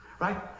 right